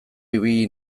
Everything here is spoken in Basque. ibili